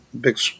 big